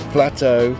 Plateau